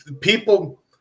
people